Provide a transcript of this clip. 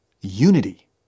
unity